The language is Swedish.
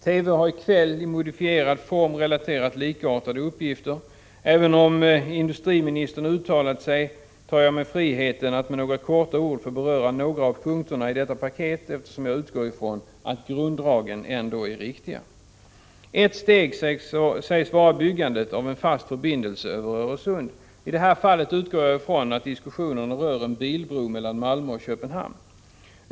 TV har i kväll i modifierad form relaterat likartade uppgifter. Även om industriministern uttalat sig tar jag mig friheten att med några korta ord beröra några av punkterna i detta paket, eftersom jag utgår från att grunddragen i den information som lämnats är riktiga. Ett steg sägs vara byggandet av en fast förbindelse över Öresund. I det här fallet utgår jag ifrån att diskussionen rör en bilbro mellan Malmö och Köpenhamn.